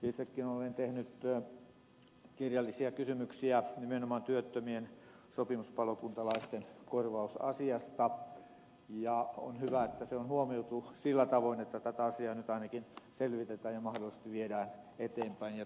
itsekin olen tehnyt kirjallisia kysymyksiä nimenomaan työttömien sopimuspalokuntalaisten korvausasiasta ja on hyvä että se on huomioitu sillä tavoin että tätä asiaa nyt ainakin selvitetään ja mahdollisesti viedään eteenpäin